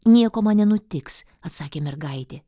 nieko man nenutiks atsakė mergaitė